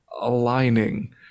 aligning